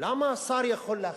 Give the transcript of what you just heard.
למה השר יכול להחליט?